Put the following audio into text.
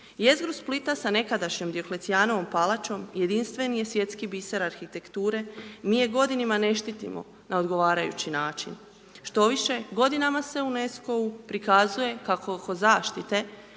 Jezgru Splita s nekadašnjom Dioklecijanovom palačom jedinstveni je svjetski biser arhitekture, mi je godinama ne štitimo na odgovarajući način. Štoviše, godinama se UNESCO-u prikazuje kako oko zaštite